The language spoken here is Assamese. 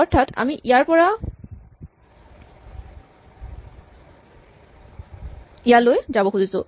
অৰ্থাৎ আমি ইয়াৰ পৰা ইয়ালৈ যাব খুজিছোঁ